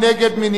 מי נמנע?